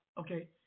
Okay